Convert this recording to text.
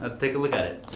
ah take a look at it.